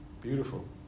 Beautiful